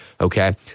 okay